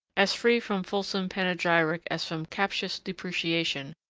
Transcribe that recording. as free from fulsome panegyric as from captious depreciation,